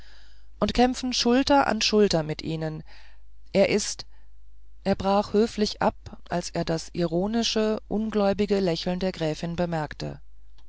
und kämpfen schulter an schulter mit ihnen er ist er brach höflich ab als er das ironische ungläubige lächeln der gräfin bemerkte